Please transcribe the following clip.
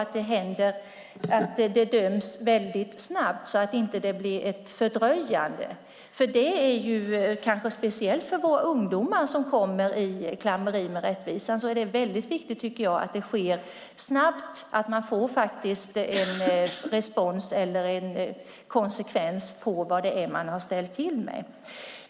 Det ska hända saker och det ska dömas snabbt, så att det inte blir ett fördröjande. Det är kanske speciellt viktigt för våra ungdomar som kommer i klammeri med rättvisan att det hela sker snabbt och att de får en respons på och en konsekvens av vad det är de har ställt till med.